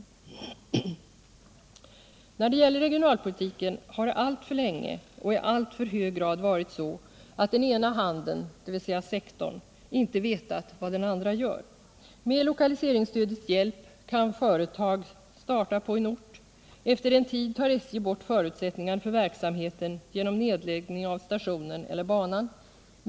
När det gäller regionalpolitiken har det alltför länge och i alltför hög grad varit så att denkna handen, dvs. sektorn, inte vetat vad den andra gör. Med lokaliseringsstödets hjälp kan företag starta på en ort — efter en tid tar SJ bort förutsättningarna för verksamheten genom nedläggning av stationen eller banan.